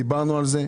דיברנו על כך.